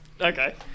okay